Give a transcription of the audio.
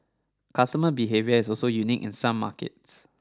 customer behaviour is also unique in some markets